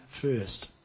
first